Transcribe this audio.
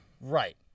Right